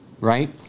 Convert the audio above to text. right